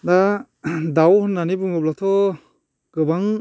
दा दाउ होननानै बुङोब्लाथ' गोबां